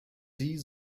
sie